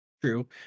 True